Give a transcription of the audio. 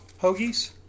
Hoagies